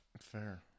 fair